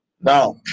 now